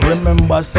Remember